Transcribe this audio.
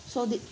so did